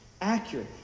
accurate